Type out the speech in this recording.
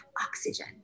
oxygen